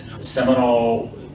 Seminole